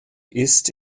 ist